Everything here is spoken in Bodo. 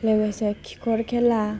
लोगोसे खिखर खेला